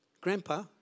Grandpa